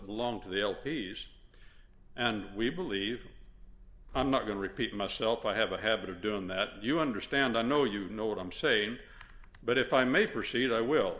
the long to the l p s and we believe i'm not going to repeat myself i have a habit of doing that you understand i know you know what i'm saying but if i may proceed i will